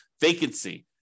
vacancy